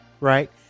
Right